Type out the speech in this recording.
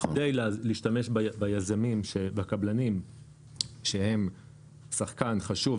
כדי להשתמש ביזמים והקבלנים שהם שחקן חשוב,